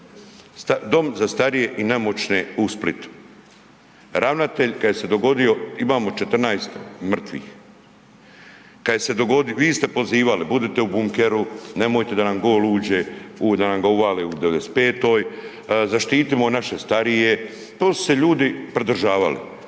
Dom za starije i nemoćne u Splitu, ravnatelj kad je se je dogodio, imamo 14 mrtvih, kad je se dogodio, vi ste pozivali budite u bunkeru, nemojte da na gol uđe, da nam ga uvale u 95-toj, zaštitimo naše starije, to su se ljudi pridržavali.